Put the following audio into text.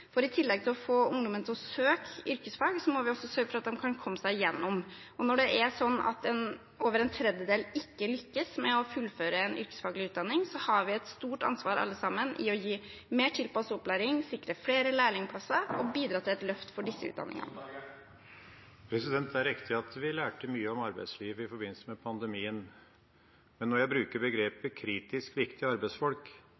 for i tillegg til å få ungdommen til å søke yrkesfag må vi også sørge for at de kan komme seg gjennom. Når det er sånn at over en tredjedel ikke lykkes med å fullføre en yrkesfaglig utdanning, har vi alle sammen et stort ansvar for å gi mer tilpasset opplæring, sikre flere lærlingplasser og bidra til et løft for disse utdanningene. Det er riktig at vi lærte mye om arbeidslivet i forbindelse med pandemien, men jeg bruker